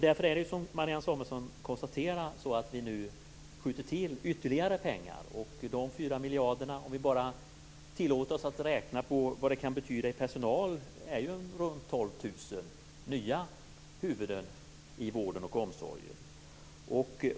Därför skjuter vi nu till ytterligare pengar, som Marianne Samuelsson konstaterade. Om vi bara tillåter oss att räkna på vad de 4 miljarderna kan betyda i personal ser vi att det är runt 12 000 nya huvuden i vården och omsorgen.